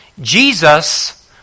Jesus